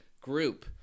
group